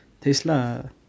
Tesla